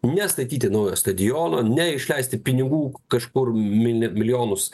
nestatyti naujo stadiono ne išleisti pinigų kažkur mili milijonus